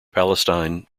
palestine